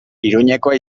iruñekoa